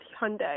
Hyundai